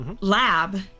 lab